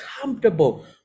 comfortable